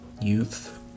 youth